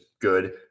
good